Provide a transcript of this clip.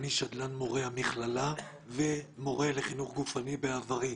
שדלן מורי המכללה ומורה לחינוך גופני בעברי.